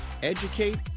Educate